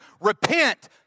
repent